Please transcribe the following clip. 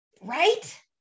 Right